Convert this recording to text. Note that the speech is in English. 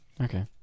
Okay